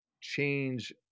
change